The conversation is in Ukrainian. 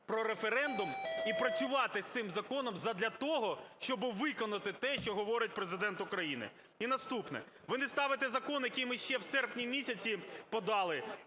про референдум і працювати з цим законом задля того, щоб виконати те, що говорить Президент України. І наступне. Ви не ставите Закон, який ми же в серпні місяці